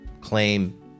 claim